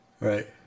Right